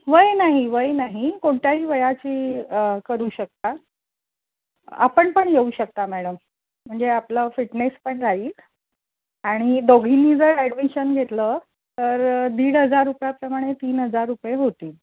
वय नाही वय नाही कोणत्याही वयाची करू शकता आपण पण येऊ शकता मॅडम म्हणजे आपलं फिटनेस पण राहील आणि दोघींनी जर ॲडमिशन घेतलं तर दीड हजार रुपयांप्रमाणे तीन हजार रुपये होतील